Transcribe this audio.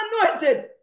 anointed